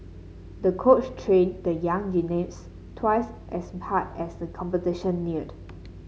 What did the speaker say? the coach trained the young twice as hard as the competition neared